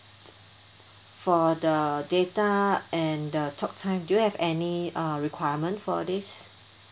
for the data and the talk time do you have any uh requirement for these